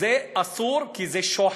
זה אסור, כי זה שוחד,